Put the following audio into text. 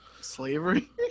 slavery